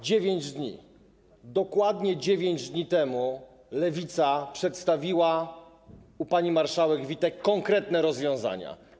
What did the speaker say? Dokładnie 9 dni temu Lewica przedstawiła u pani marszałek Witek konkretne rozwiązania.